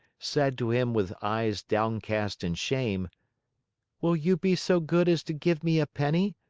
said to him with eyes downcast in shame will you be so good as to give me a penny,